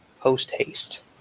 post-haste